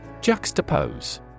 Juxtapose